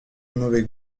mauvais